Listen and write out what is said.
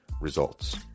results